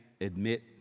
admit